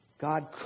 God